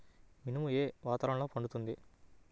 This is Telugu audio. మినుము ఏ వాతావరణంలో పండుతుంది?